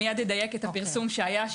אדייק את הפרסום שהיה,